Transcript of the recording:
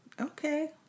Okay